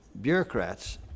bureaucrats